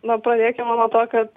na pradėkime nuo to kad